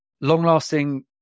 Long-lasting